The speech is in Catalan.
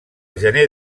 gener